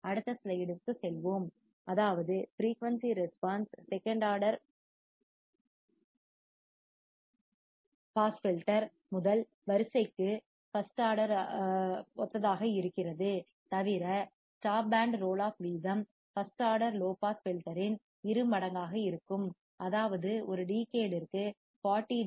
அடுத்த ஸ்லைடிற்கு செல்வோம் அதாவது ஃபிரீயூன்சி ரெஸ்பான்ஸ் இரண்டாவது வரிசை செகண்ட் ஆர்டர் பாஸ் ஃபில்டர் முதல் வரிசைக்கு ஃபஸ்ட் ஆர்டர் ஒத்ததாக இருக்கிறது தவிர ஸ்டாப் பேண்ட் ரோல் ஆஃப் வீதம் first order low pass filter இன் இரு மடங்காக இருக்கும் அதாவது ஒரு தசாப்தத்திற்கு டிகேட்ற்கு 40 டி